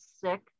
sick